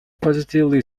positively